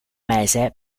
mese